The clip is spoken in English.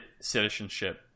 citizenship